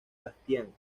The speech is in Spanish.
bastián